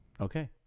Okay